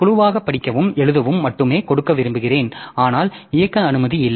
குழுவாக படிக்கவும் எழுதவும் மட்டுமே கொடுக்க விரும்புகிறேன் ஆனால் இயக்க அனுமதி இல்லை